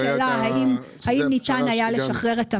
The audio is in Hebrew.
ואז הייתה השאלה, האם ניתן היה לשחרר את המלאי.